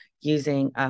using